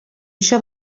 això